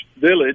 village